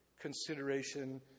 consideration